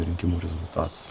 rinkimų rezultatų